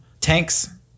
tanks